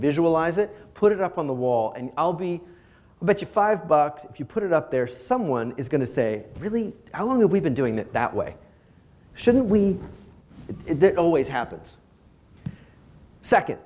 visualize it put it up on the wall and i'll be but you five bucks if you put it up there someone is going to say really how long we've been doing it that way shouldn't we it always happens second